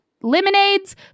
lemonades